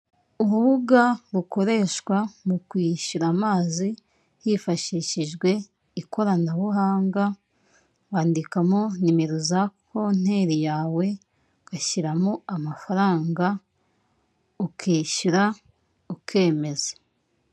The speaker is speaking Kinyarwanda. Urubuga rukoreshwa mu kwishyura amazi hifashishijwe ikoranabuhanga, wandikamo nimero za konteri yawe, ugashyiramo amafaranga, ukishyura ukemeza.